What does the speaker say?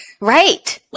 right